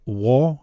war